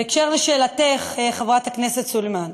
בקשר לשאלתך, חברת הכנסת סלימאן,